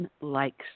likes